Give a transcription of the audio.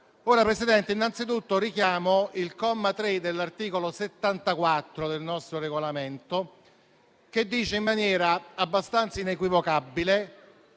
Ora, Presidente, innanzitutto richiamo il comma 3 dell'articolo 74 del nostro Regolamento, che dice, in maniera abbastanza inequivocabile,